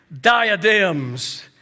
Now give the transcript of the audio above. diadems